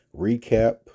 recap